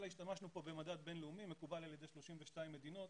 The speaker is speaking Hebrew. אלא השתמשנו כאן במדד בין-לאומי מקובל על ידי 32 מדינות,